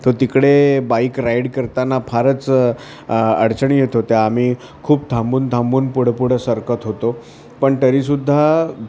तो तिकडे bike ride करताना फारच अडचणी येत होत्या आम्ही खूप थांबून थांबून पुढंपुढं सरकत होतो पण तरीसुद्धा